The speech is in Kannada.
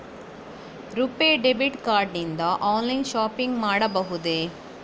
ರುಪೇ ಡೆಬಿಟ್ ಕಾರ್ಡ್ ನಿಂದ ಆನ್ಲೈನ್ ಶಾಪಿಂಗ್ ಮಾಡಬಹುದೇ?